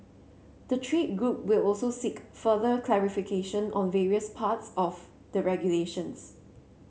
the trade group will also seek further clarification on various parts of the regulations